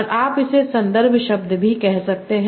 और आप इसे संदर्भ शब्द भी कह सकते हैं